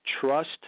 Trust